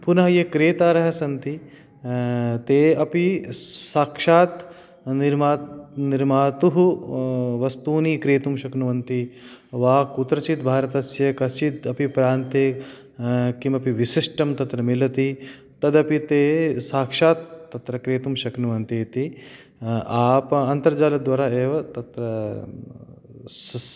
पुनः ये क्रेतारः सन्ति ते अपि साक्षात् निर्मा निर्मातुः वस्तूनि क्रेतुं शक्नुवन्ति वा कुत्रचित् भारतस्य कश्चित् अपि प्रान्ते किमपि विशिष्टं तत्र मिलति तदपि ते साक्षात् तत्र क्रेतुं शक्नुवन्ति इति आप अन्तर्जालद्वारा एव तत्र स